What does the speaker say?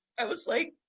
i was like,